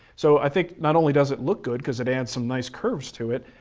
so i think not only does it look good, cause it adds some nice curves to it,